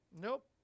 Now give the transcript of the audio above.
Nope